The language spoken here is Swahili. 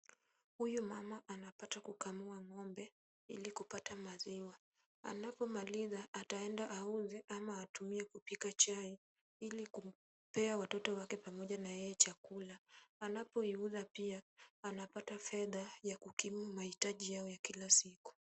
Huyu mama anapata kukamua ng'ombe ili kupata maziwa. Anapomaliza ataenda auze ama atumie kupika chai ili kupewa watoto wake pamoja na yeye chakula. Unapoiuza pia anapata fedha ya kuikimu mahitaji yao ya kila siku.